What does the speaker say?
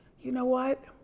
you know what?